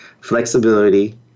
flexibility